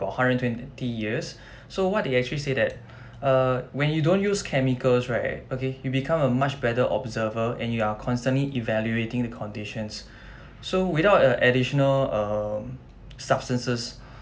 for hundred and twenty years so what they actually say that err when you don't use chemicals right okay you become a much better observer and you are constantly evaluating the conditions so without uh additional um substances